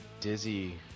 Dizzy